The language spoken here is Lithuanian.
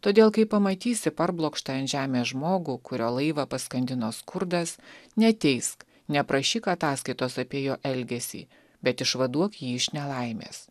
todėl kai pamatysi parblokštą ant žemės žmogų kurio laivą paskandino skurdas neteisk neprašyk ataskaitos apie jo elgesį bet išvaduok jį iš nelaimės